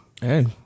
Hey